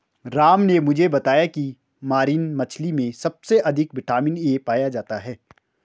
राम ने मुझे बताया की मरीन मछली में सबसे अधिक विटामिन ए पाया जाता है